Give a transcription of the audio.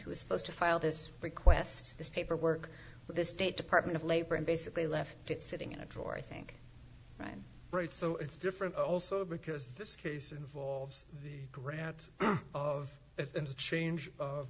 who is supposed to file this request this paperwork with the state department of labor and basically left it sitting in a drawer i think right right so it's different also because this case involves the grant of the interchange of